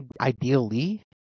ideally